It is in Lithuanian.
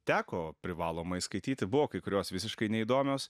teko privalomai skaityti buvo kai kurios visiškai neįdomios